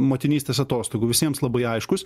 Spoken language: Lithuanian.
motinystės atostogų visiems labai aiškus